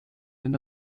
den